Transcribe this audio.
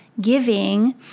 giving